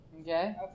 Okay